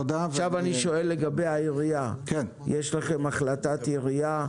עכשיו אני שואל לגבי העירייה: יש לכם החלטת עירייה,